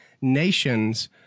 nations